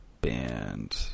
band